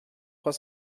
trois